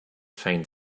find